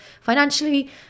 financially